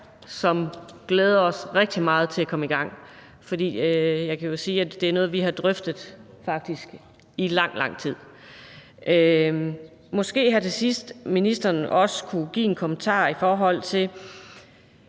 som glæder os rigtig meget til at komme i gang, for jeg kan jo sige, at det er noget, vi faktisk har drøftet i lang, lang tid. Måske ministeren her til sidst også kunne give en kommentar i forhold til